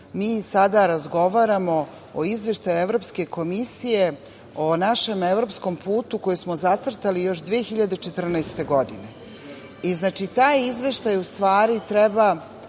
mi sada razgovaramo o izveštaju Evropske komisije o našem evropskom putu koji smo zacrtali još 2014. godine. Taj izveštaj u stvari treba